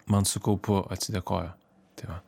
man su kaupu atsidėkojo tai va